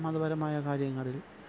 മതപരമായ കാര്യങ്ങളില്